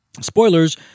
Spoilers